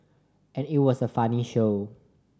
and it was a funny show